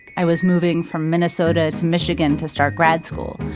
i was moving from minnesota to michigan to start grad school.